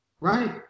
Right